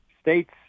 states